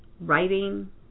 writing